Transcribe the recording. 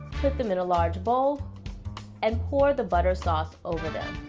put them in a large bowl and pour the butter sauce over them.